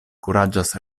kuraĝas